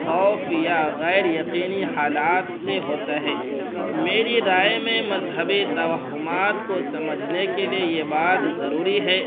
خوف یا غیریقینی حالات سے ہوتا ہے میری رائے میں مذہب توہمات کو سمجھنے کے لیے یہ بات ضروری ہے